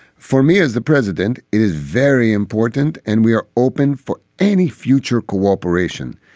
for me as the president, it is very important and we are open for any future cooperation.